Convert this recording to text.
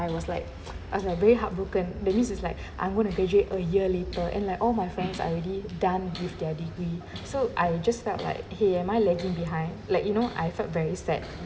I was like I was like very heartbroken that means it's like I'm going to graduate a year later and like all my friends are already done with their degree so I just felt like !hey! am I lagging behind like you know I felt very sad